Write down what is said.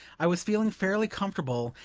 i was feeling fairly comfortable,